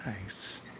Nice